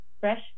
fresh